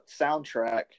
soundtrack